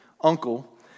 uncle